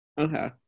Okay